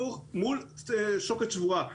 אבל הוא עומד בפני שוקת שבורה.